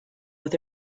with